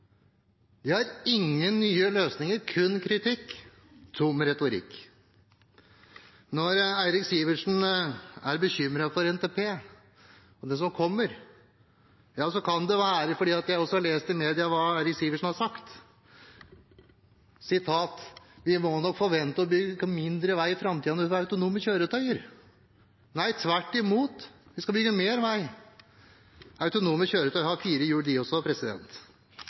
De har ingen nye løsninger – kun kritikk og tom retorikk. Når Eirik Sivertsen er bekymret for NTP og det som kommer, kan det være på grunn av det jeg har lest i media at Eirik Sivertsen har sagt, at vi nok må forvente å bygge mindre vei i framtiden når vi får autonome kjøretøyer. Nei, tvert imot – vi skal bygge mer vei. Autonome kjøretøy har fire hjul, de også.